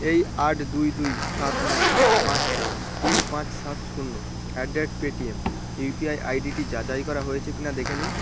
এই আট দুই দুই সাত নয় পাঁচ চার তিন পাঁচ সাত শূন্য at the rate Paytm UPI I ডিটি যাচাই করা হয়েছে কি না দেখে নিন